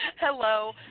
Hello